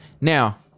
Now